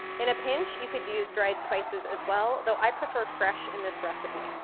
in a pinch, you could use dried spices as well, though i prefer fresh in this recipe.